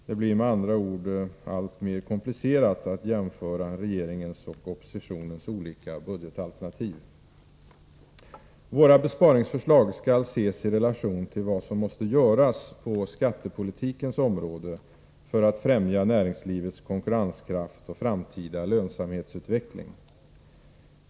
Det blir med andra ord alltmer komplicerat att jämföra regeringens och oppositionens olika budgetalternativ. Våra besparingsförslag skall ses i relation till vad som måste göras på skattepolitikens område för att främja näringslivets konkurrenskraft och framtida lönsamhetsutveckling.